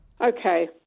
Okay